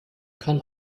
kann